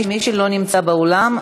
מי שלא נמצא באולם,